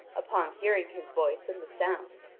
upon hearing his voice and the sound,